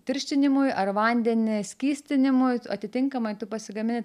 tirštinimui ar vandenį skystinimui atitinkamai tu pasigamini